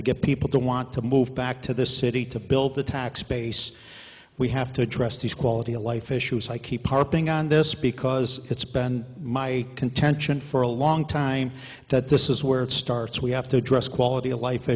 to get people to want to move back to the city to build the tax base we have to address these quality of life issues i keep harping on this because it's been my contention for a long time that this is where it starts we have to address quality of life